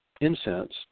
incense